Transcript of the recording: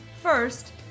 First